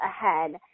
ahead